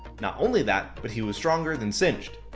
not only that, but he was stronger than singed.